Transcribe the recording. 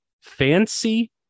fancy